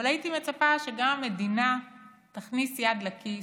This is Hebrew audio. אבל הייתי מצפה שגם המדינה תכניס יד לכיס,